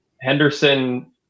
Henderson